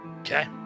okay